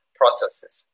processes